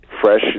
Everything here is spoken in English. Fresh